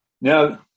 Now